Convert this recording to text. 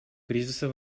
кризиса